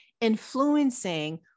influencing